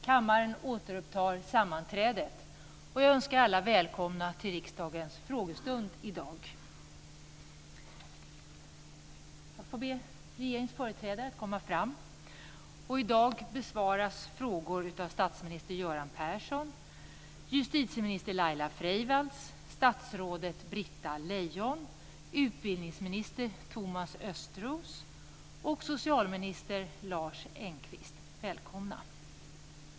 Kammaren återupptar sammanträdet. Jag önskar alla välkomna till riksdagens frågestund i dag. Jag får be regeringens företrädare att komma fram. I dag besvaras frågor av statsminister Göran Persson, justitieminister Laila Freivalds, statsrådet Britta Lejon, utbildningsminister Thomas Östros och socialminister Lars Engqvist. Välkomna!